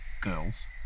girls